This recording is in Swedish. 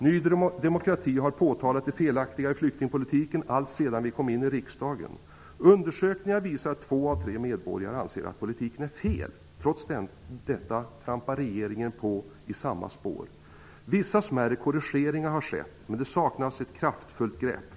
Ny demokrati har påtalat det felaktiga i flyktingpolitiken alltsedan vi kom in i riksdagen. Undersökningar visar att två av tre medborgare anser att politiken är fel. Trots detta trampar regeringen på i samma spår. Vissa smärre korrigeringar har skett, men det saknas ett kraftfullt grepp.